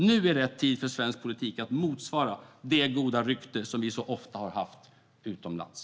Nu är rätt tid för svensk politik att svara upp mot det goda rykte som vi så ofta har haft utomlands.